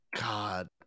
God